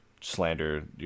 slander